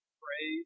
pray